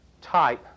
type